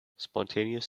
spontaneous